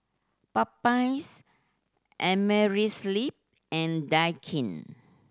Popeyes Amerisleep and Daikin